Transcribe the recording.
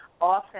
often